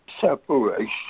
separation